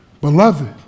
Beloved